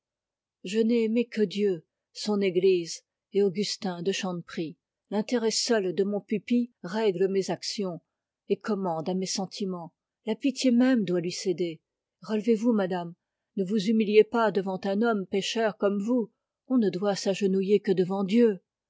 je n'ai jamais aimé que dieu son église et augustin de chanteprie l'intérêt seul de mon élève règle mes actions et commande à mes sentiments la pitié même doit lui céder relevez-vous madame ne vous humiliez pas devant un homme pécheur comme vous on ne doit s'agenouiller que devant dieu